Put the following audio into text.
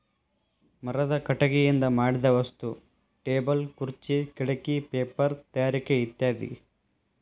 ಮರದ ಕಟಗಿಯಿಂದ ಮಾಡಿದ ವಸ್ತು ಟೇಬಲ್ ಖುರ್ಚೆ ಕಿಡಕಿ ಪೇಪರ ತಯಾರಿಕೆ ಇತ್ಯಾದಿ